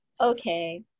okay